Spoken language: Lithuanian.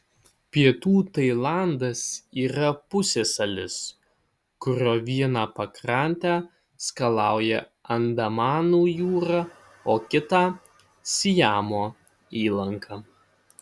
pietų tailandas yra pusiasalis kurio vieną pakrantę skalauja andamanų jūra o kitą siamo įlanka